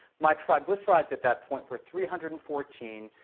my triglycerides at that point were three hundred and fourteen.